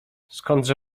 skądże